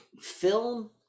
Film